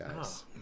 guys